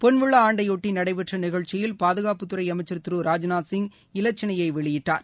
பொன்விழா ஆண்டையொட்டி நடைபெற்ற நிகழ்ச்சியில் பாதுகாப்புத்துறை அமைச்சர் திரு ராஜ்நாத்சிங் இலச்சினையை வெளியிட்டார்